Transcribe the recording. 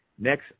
Next